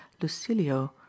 Lucilio